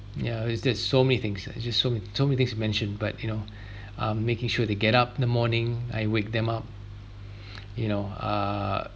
ya we did so many things I just so man~ so many things mentioned but you know um making sure they get up in the morning I wake them up you know uh